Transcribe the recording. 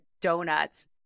donuts